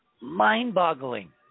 mind-boggling